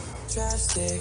הבריאותי,